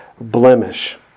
blemish